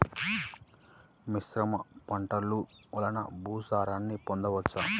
మిశ్రమ పంటలు వలన భూసారాన్ని పొందవచ్చా?